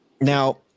now